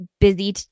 busy